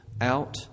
out